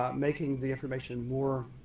um making the information more